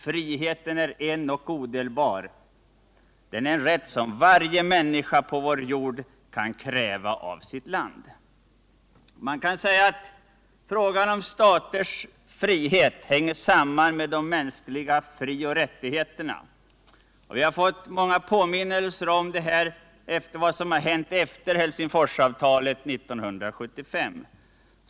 Friheten är en och odelbar, den är en rätt som varje människa på vår jord kan kräva av sitt land.” Frågan om staters frihet hänger nära samman med de mänskliga frioch rättigheterna. Vi har fått många påminnelser om detta genom vad som hänt efter Helsingforsavtalet 1975.